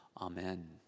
amen